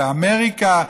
באמריקה,